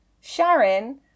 Sharon